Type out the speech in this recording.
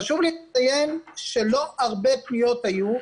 חשוב לציין שלא הרבה פניות היו,